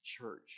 church